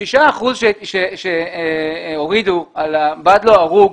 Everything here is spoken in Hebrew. שישה האחוזים שהורידו על בד לא ארוג,